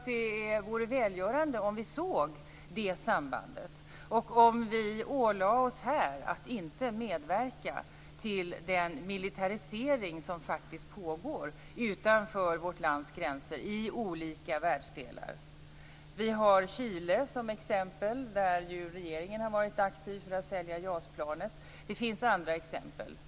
Det vore välgörande om vi såg det sambandet och om vi ålade oss att inte medverka till den militarisering som faktiskt pågår utanför vårt lands gränser i olika världsdelar. Vi har Chile som exempel, där regeringen varit aktiv för att sälja JAS-planet. Det finns andra exempel.